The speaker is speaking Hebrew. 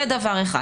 זה דבר אחד.